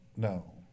No